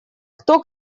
кто